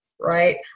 right